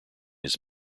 his